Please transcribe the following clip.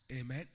Amen